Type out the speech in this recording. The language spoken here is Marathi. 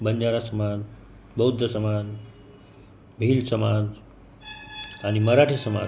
बंजारा समाज बौद्ध समाज भिल्ल समाज आणि मराठी समाज